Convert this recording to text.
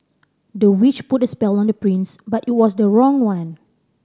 the witch put a spell on the prince but it was the wrong one